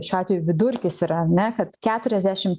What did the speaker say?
šiuo atveju vidurkis yra ane kad keturiasdešim